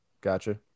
Gotcha